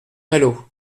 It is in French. malo